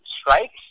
strikes